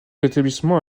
l’établissement